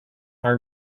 are